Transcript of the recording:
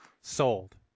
Sold